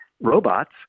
robots